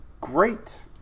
great